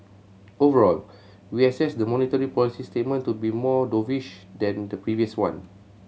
overall we assess the monetary policy statement to be more dovish than the previous one